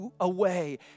away